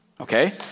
okay